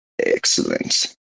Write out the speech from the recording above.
Excellent